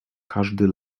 każdy